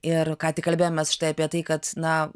ir ką tik kalbėjomės štai apie tai kad na